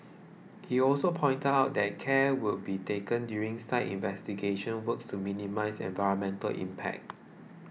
he also pointed out that care will be taken during site investigation works to minimise environmental impact